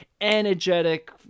energetic